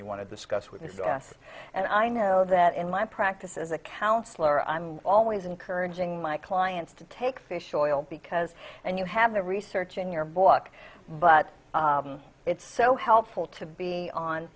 you want to discuss with us and i know that in my practice as a counsellor i'm always encouraging my clients to take fish oil because and you have the research in your book but it's so helpful to be on